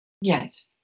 Yes